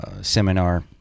seminar